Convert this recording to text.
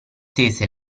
tese